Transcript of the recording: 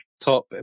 top